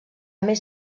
més